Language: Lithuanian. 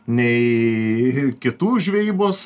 nei kitų žvejybos